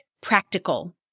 practical